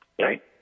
Right